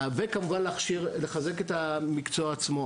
וכמובן לחזק את המקצוע עצמו.